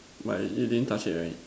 but you didn't touch it right